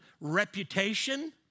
reputation